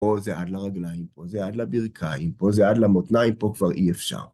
פה זה עד לרגליים, פה זה עד לברכיים, פה זה עד למותניים, פה כבר אי אפשר.